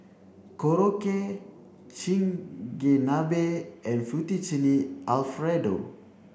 Korokke Chigenabe and Fettuccine Alfredo